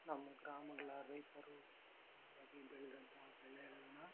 ನಮ್ಮ ಗ್ರಾಮಗಳ ರೈತರು ಸಾಮಾನ್ಯವಾಗಿ ಬೆಳೆದಂತಹ ಬೆಳೆಗಳನ್ನು